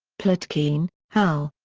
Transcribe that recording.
plotkin, hal.